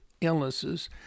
illnesses